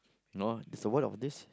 no ah it's world of this